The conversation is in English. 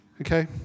Okay